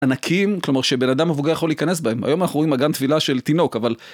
ענקים כלומר שבן אדם מבוגר יכול להיכנס בהם היום אנחנו רואים אגן טבילה של תינוק אבל.